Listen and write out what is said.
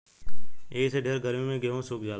एही से ढेर गर्मी मे गेहूँ सुख जाला